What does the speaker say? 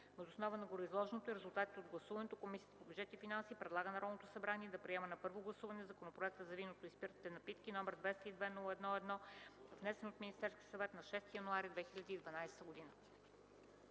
Въз основа на гореизложеното и резултатите от гласуването Комисията по бюджет и финанси предлага на Народното събрание да приеме на първо гласуване Законопроекта за виното и спиртните напитки, № 202-01-1, внесен от Министерския съвет на 6 януари 2012 г.”